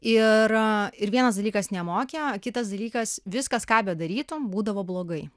ir ir vienas dalykas nemokė o kitas dalykas viskas ką bedarytum būdavo blogai